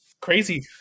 crazy